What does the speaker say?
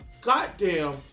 goddamn